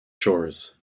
shores